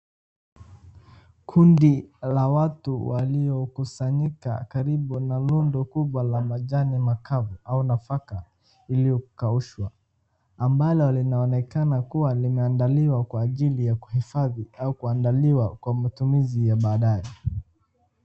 Kundi la watu waliokusanyika karibu na nundu kubwa la majani makavu au nafaka iliyokaushwa ambalo linaonekana limeandaliwa kwa ajili ya kuhifadhi au limeandaliwa kwa ajli ya matumizi ya baadaye.